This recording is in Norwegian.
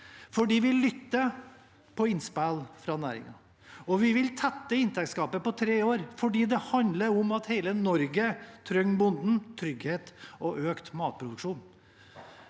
vi lytter til innspill fra næringen. Og vi vil tette inntektsgapet på tre år, for det handler om at hele Norge trenger bonden, trygghet og økt matproduksjon.